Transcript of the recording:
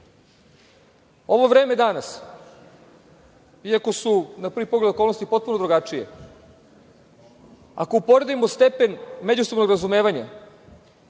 Ovo vreme danas, iako su na prvi pogled okolnosti potpuno drugačije, ako uporedimo stepen međusobnog razumevanja,